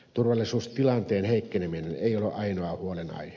turvallisuustilanteen heikkeneminen ei ole ainoa huolenaihe